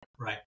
Right